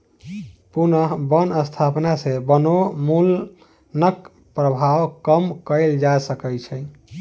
पुनः बन स्थापना सॅ वनोन्मूलनक प्रभाव कम कएल जा सकै छै